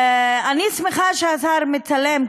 אני שמחה שהשר מצלם,